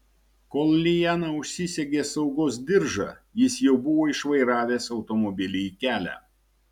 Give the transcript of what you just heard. kol liana užsisegė saugos diržą jis jau buvo išvairavęs automobilį į kelią